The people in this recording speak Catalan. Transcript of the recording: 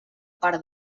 part